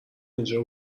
اینجا